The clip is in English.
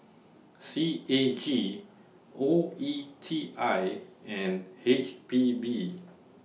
C A G O E T I and H P B